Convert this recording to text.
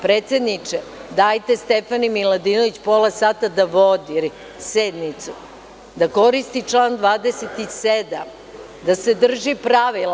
Predsedniče, dajte Stefani Miladinović pola sata da vodi sednicu, da koristi član 27, da se drži pravila.